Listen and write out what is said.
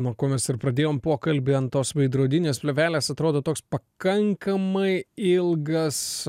nuo ko mes ir pradėjom pokalbį ant tos veidrodinės plėvelės atrodo toks pakankamai ilgas